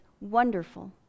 wonderful